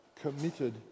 committed